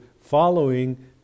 following